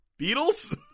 Beatles